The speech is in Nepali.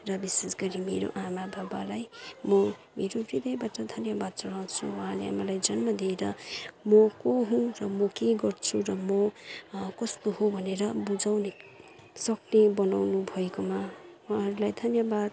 र विशेष गरी मेरो आमा बाबालाई म मेरो हृदयबाट धन्यवाद चढाउँछु उहाँले मलाई जन्म दिएर म को हुँ र म के गर्छु र म कस्तो हो भनेर बुझाउने सक्ने बनाउनु भएकोमा उहाँहरूलाई धन्यवाद